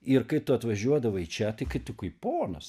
ir kai tu atvažiuodavai čia tai kai tu kaip ponas